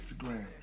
Instagram